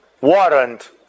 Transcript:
warrant